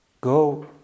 go